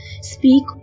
Speak